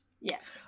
yes